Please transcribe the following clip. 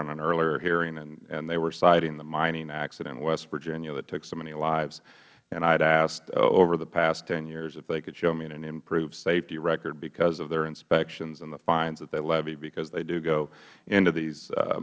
an earlier hearing and they were citing the mining accident in west virginia that took so many lives and i had asked over the past ten years if they could show me an improved safety record because of their inspections and the fines that they levied because they do go into these